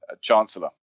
chancellor